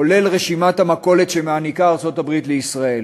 כולל רשימת המכולת שארצות-הברית מעניקה לישראל.